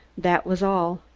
that was all.